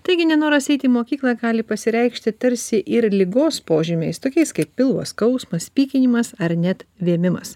taigi nenoras eiti į mokyklą gali pasireikšti tarsi ir ligos požymiais tokiais kaip pilvo skausmas pykinimas ar net vėmimas